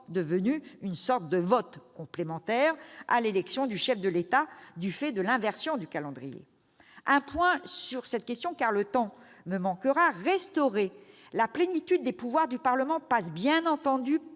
devenues une sorte de vote complémentaire à l'élection du chef de l'État du fait de l'inversion du calendrier. Permettez-moi de m'arrêter sur cette question, car le temps me manquera. Restaurer la plénitude des pouvoirs du Parlement passe bien entendu